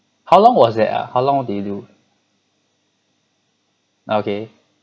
how long was that ah how long did you ah okay